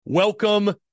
Welcome